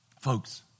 Folks